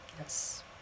Yes